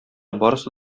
барысы